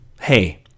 Hey